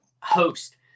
host